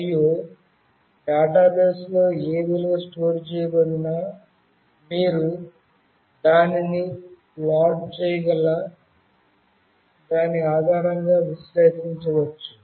మరియు డేటాబేస్లో ఏ విలువ స్టోర్ చేయబడినా మీరు దానిని ప్లాట్ చేయగల దాని ఆధారంగా విశ్లేషించవచ్చు